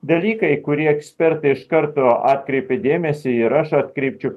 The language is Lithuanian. dalyką į kurį ekspertai iš karto atkreipė dėmesį ir aš atkreipčiau